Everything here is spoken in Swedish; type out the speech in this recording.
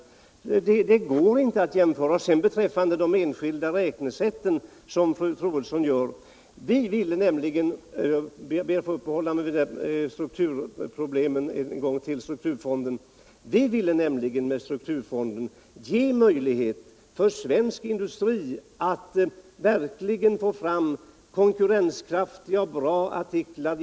Det går därför inte att jämföra. Sedan ber jag att ett ögonblick få återkomma till strukturfonden. Med de räkneexempel som fru Troedsson här tog förhåller det sig så, att vi ville ge svensk industri möjligheter att genom forskningsoch utvecklingsarbete få fram högklassiga och konkurrenskraftiga artiklar.